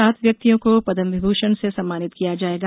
सात व्यक्तियों को पदम विमूषण से सम्मानित किया जाएगा